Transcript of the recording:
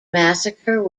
massacre